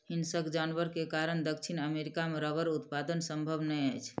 हिंसक जानवर के कारण दक्षिण अमेरिका मे रबड़ उत्पादन संभव नै अछि